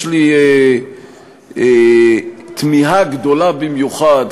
יש לי תמיהה גדולה במיוחד,